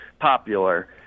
popular